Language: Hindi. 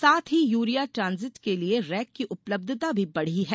साथ ही यूरिया ट्रांजिट के लिये रैक की उपलब्यता भी बढ़ी है